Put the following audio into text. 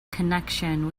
connection